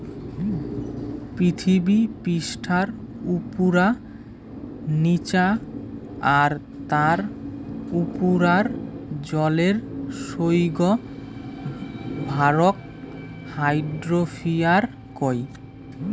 পিথীবি পিষ্ঠার উপুরা, নিচা আর তার উপুরার জলের সৌগ ভরক হাইড্রোস্ফিয়ার কয়